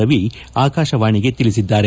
ರವಿ ಆಕಾಶವಾಣಿಗೆ ತಿಳಿಸಿದ್ದಾರೆ